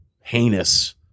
heinous